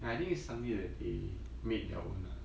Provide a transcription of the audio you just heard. and I think it's something that they made their own ah